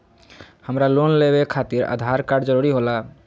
हमरा लोन लेवे खातिर आधार कार्ड जरूरी होला?